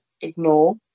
ignore